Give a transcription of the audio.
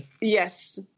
Yes